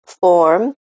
Form